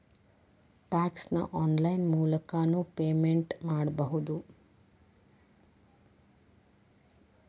tax ನ online ಮೂಲಕನೂ payment ಮಾಡಬೌದು